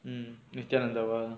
mm nithiyaanantha வா:vaa